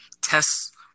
tests